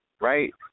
right